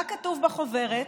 מה כתוב בחוברת?